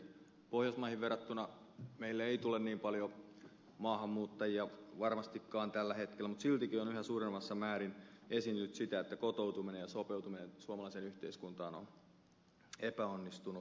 pohjoismaihin verrattuna meille ei tule niin paljon maahanmuuttajia varmastikaan tällä hetkellä mutta siltikin on yhä suuremmassa määrin esiintynyt sitä että kotoutuminen ja sopeutuminen suomalaiseen yhteiskuntaan on epäonnistunut